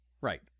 right